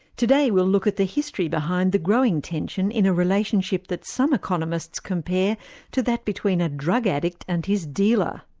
today we'll look at the history behind the growing tension in a relationship that some economists compare to that between a drug addict and his dealer.